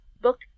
book